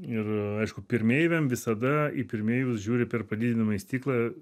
ir aišku pirmeiviam visada į pirmeivius žiūri per padidinamąjį stiklą